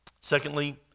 Secondly